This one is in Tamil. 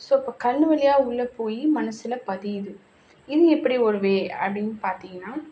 ஸோ இப்போ கண்ணு வழியா உள்ள போய் மனதில் பதியுது இது எப்படி ஒரு வே அப்படின்னு பார்த்தீங்கன்னா